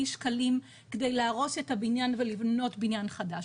שקלים כדי להרוס את הבניין ולבנות בניין חדש.